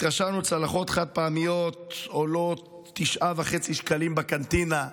התרשמנו: צלחות חד-פעמיות עולות 9.5 שקלים בקנטינה,